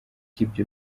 ibyo